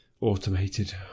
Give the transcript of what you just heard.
automated